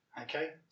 Okay